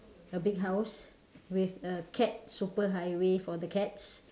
a big house with a cat super highway for the cats